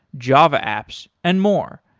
java apps and more.